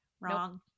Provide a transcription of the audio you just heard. Wrong